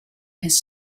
his